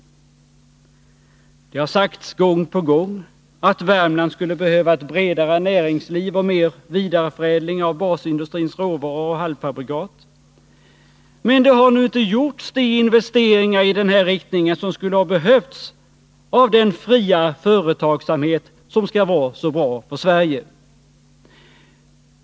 Det har sagts gång på gång att Värmland skulle behöva ett bredare näringsliv och mer vidareförädling av basindustrins råvaror och halvfabrikat. Men den fria företagsamhet som skall vara så bra för Sverige har inte gjort de investeringar i den här riktningen som skulle ha behövts.